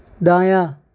دایاں